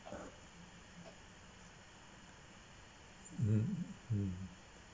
hmm mm